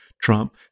trump